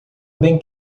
bem